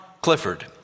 Clifford